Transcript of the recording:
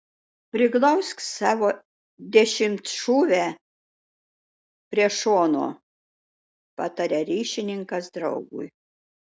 priglausk savo dešimtšūvę prie šono pataria ryšininkas draugui